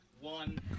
one